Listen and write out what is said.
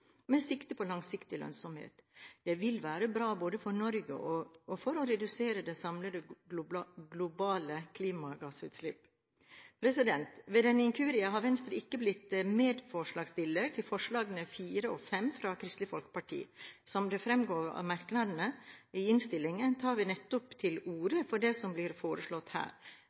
med sikte på langsiktig lønnsomhet. Det vil være bra for Norge og for å redusere de samlede globale klimagassutslipp. Ved en inkurie har Venstre ikke blitt medforslagsstiller til forslagene nr. 4 og 5, fra Kristelig Folkeparti. Som det fremgår av merknadene i innstillingen, tar vi nettopp til orde for det som blir foreslått her.